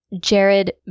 Jared